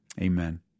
Amen